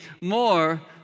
more